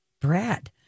Brad